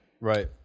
Right